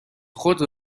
خود